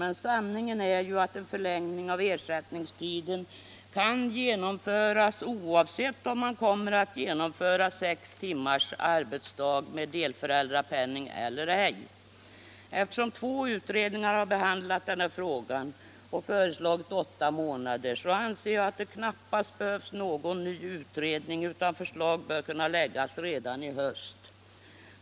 Men sanningen är ju att en förlängning av ersättningstiden kan genomföras oavsett om man kommer att genomföra sex timmars arbetsdag med delförädrapenning. Eftersom två utredningar behandlat den här frågan och föreslagit åtta månaders ledighet anser jag att det knappast behövs någon ny utredning utan förslag bör kunna läggas fram redan i höst.